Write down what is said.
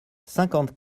cinquante